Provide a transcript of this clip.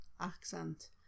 accent